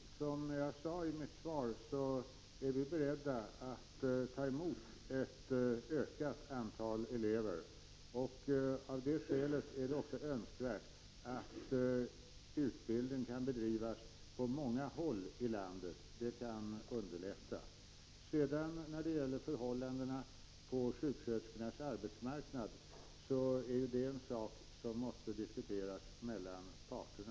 Herr talman! Som jag sade i mitt svar är vi beredda att ta emot ett ökat antal elever. Av det skälet är det också önskvärt att utbildningen kan bedrivas på många håll i landet. Det kan underlätta. När det sedan gäller förhållandena på sjuksköterskornas arbetsmarknad är det en sak som måste diskuteras mellan parterna.